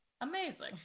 Amazing